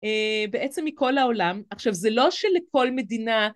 אה.. בעצם מכל העולם, עכשיו זה לא שלכל מדינה